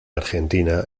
argentina